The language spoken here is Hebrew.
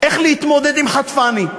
איך להתמודד עם חטפני.